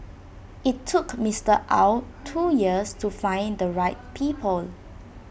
IT took Mister Ow two years to find the right people